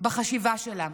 בחשיבה שלה.